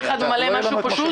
כל אחד ממלא משהו פשוט?